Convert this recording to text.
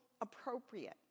appropriate